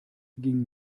ging